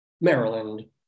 Maryland